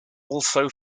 also